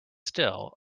still